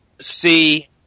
see